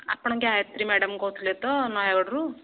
ଆପଣ ଗାୟତ୍ରୀ ମ୍ୟାଡ଼ାମ୍ କହୁଥିଲେ ତ ନୟାଗଡ଼ରୁ